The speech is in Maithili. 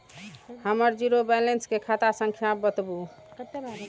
हमर जीरो बैलेंस के खाता संख्या बतबु?